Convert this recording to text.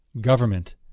government